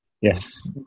Yes